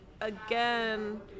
again